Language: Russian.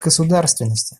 государственности